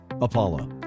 Apollo